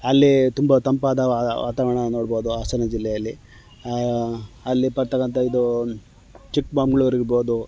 ಅಲ್ಲಿ ತುಂಬ ತಂಪಾದ ವಾತಾವರಣವನ್ನ ನೋಡ್ಬೋದು ಹಾಸನ ಜಿಲ್ಲೆಯಲ್ಲಿ ಅಲ್ಲಿರ್ತಕ್ಕಂಥ ಇದು ಚಿಕ್ಮಗ್ಳೂರು ಇರ್ಬೋದು